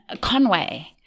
Conway